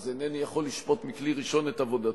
אז אפילו אינני יכול לשפוט מכלי ראשון את עבודתו,